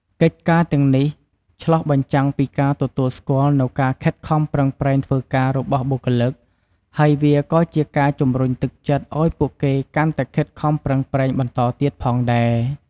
កិច្ចការនេះឆ្លុះបញ្ចាំងពីការទទួលស្គាល់នូវការខិតខំប្រឹងប្រែងធ្វើការរបស់បុគ្គលិក ហើយវាក៏ជាការជម្រុញទឹកចិត្តឱ្យពួកគេកាន់តែខិតខំប្រឹងប្រែងបន្តទៀតផងដែរ។